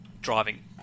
driving